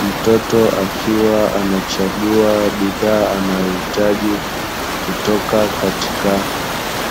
Mtoto akiwa anachagua bidhaa anayohitaji, kutoka katika